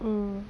mm